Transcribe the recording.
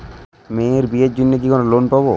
মেয়ের বিয়ের জন্য কি কোন লোন পাব?